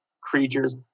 creatures